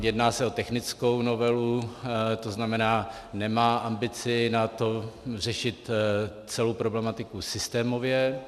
Jedná se o technickou novelu, to znamená, nemá ambici na to řešit celou problematiku systémově.